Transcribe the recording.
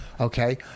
Okay